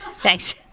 Thanks